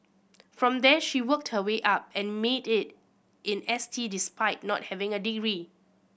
from there she worked her way up and made it in S T despite not having a degree